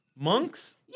Monks